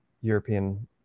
European